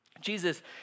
Jesus